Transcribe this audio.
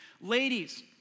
Ladies